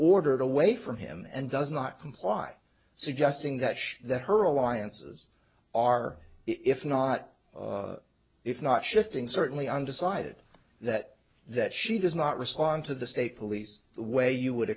ordered away from him and does not comply suggesting that she that her alliances are if not if not shifting certainly undecided that that she does not respond to the state police the way you would